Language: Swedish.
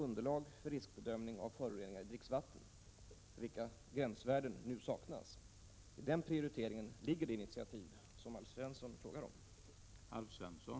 Avser jordbruksministern att ta initiativ till att Sverige får gränsvärden för ogräsgifter i dricksvatten?